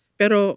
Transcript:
pero